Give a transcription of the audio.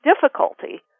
difficulty